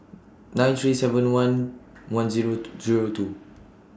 nine three seven one one Zero Zero two